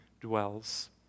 dwells